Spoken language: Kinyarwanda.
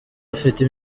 afite